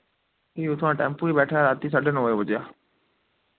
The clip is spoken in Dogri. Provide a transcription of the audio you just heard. फ्ही उत्थोआं टैम्पू च बैठेआ राती साड्डे नौ बजे पुज्जेआ